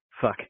fuck